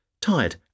tired